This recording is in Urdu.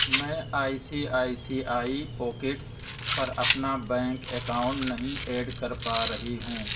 میں I C I C I pockets پر اپنا بینک اکاؤنٹ نہیں ایڈ کر پا رہی ہوں